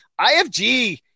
IFG